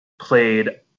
played